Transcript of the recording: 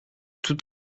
tout